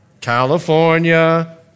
California